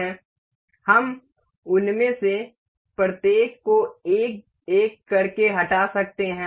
हम उनमें से प्रत्येक को एक एक करके हटा सकते हैं